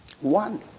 One